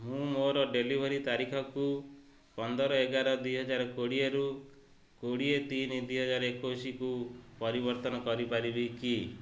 ମୁଁ ମୋର ଡେଲିଭରି ତାରିଖକୁ ପନ୍ଦର ଏଗାର ଦୁଇହଜାରେ କୋଡ଼ିଏରୁ କୋଡ଼ିଏ ତିନି ଦୁଇହଜାରେ ଏକୋଇଶୀକୁ ପରିବର୍ତ୍ତନ କରିପାରିବି କି